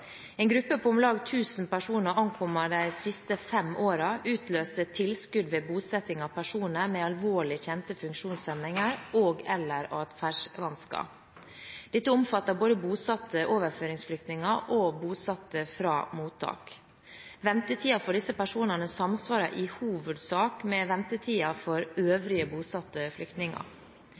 En gruppe på om lag 1 000 personer ankommet de siste fem årene utløste tilskudd ved bosetting av personer med alvorlig kjente funksjonshemninger og/eller atferdsvansker. Dette omfatter både bosatte overføringsflyktninger og bosatte fra mottak. Ventetiden for disse personene samsvarer i hovedsak med ventetiden for øvrige bosatte flyktninger.